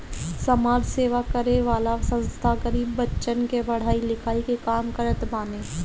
समाज सेवा करे वाला संस्था गरीब बच्चन के पढ़ाई लिखाई के काम करत बाने